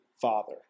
father